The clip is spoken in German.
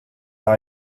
jahr